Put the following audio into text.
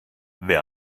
wer